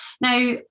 Now